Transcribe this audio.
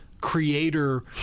creator